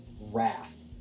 wrath